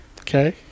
okay